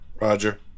Roger